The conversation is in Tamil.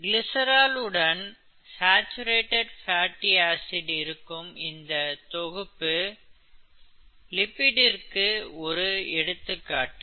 கிளிசரால் உடன் சாச்சுரேட்டட் ஃபேட்டி ஆசிட் இருக்கும் இந்தத் தொகுப்பு லிப்பிட்டிக்கு ஒரு எடுத்துக்காட்டு